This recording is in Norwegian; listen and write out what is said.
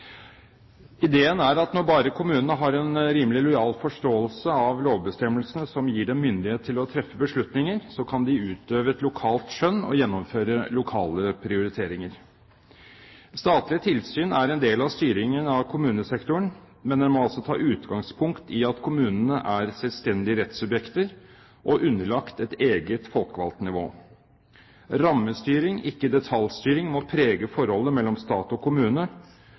Ideen er at når bare kommunene har en rimelig lojal forståelse av lovbestemmelsene som gir dem myndighet til å treffe beslutninger, kan de utøve et lokalt skjønn og gjennomføre lokale prioriteringer. Statlig tilsyn er en del av styringen av kommunesektoren, men den må altså ta utgangspunkt i at kommunene er selvstendige rettssubjekter og underlagt et eget folkevalgt nivå. Rammestyring, ikke detaljstyring, må prege forholdet mellom stat og kommune